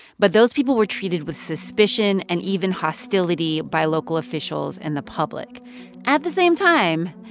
but those people were treated with suspicion and even hostility by local officials and the public at the same time,